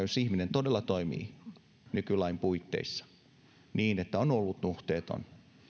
jos ihminen todella toimii nykylain puitteissa niin että on ollut nuhteeton